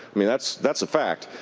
mean, that's that's a fact.